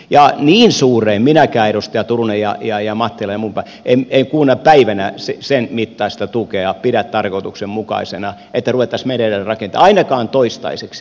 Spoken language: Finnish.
ja niin suurta tukea minäkään edustajat turunen ja mattila ja muut en kuuna päivänä pidä tarkoituksenmukaisena että ruvettaisiin merelle rakentamaan ainakaan toistaiseksi